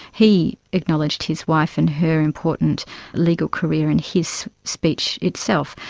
he acknowledged his wife and her important legal career in his speech itself,